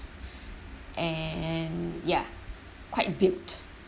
and ya quite built